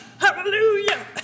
hallelujah